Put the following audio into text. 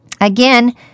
Again